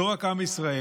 לא רק עם ישראל,